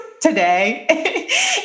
today